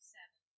Seven